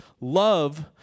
Love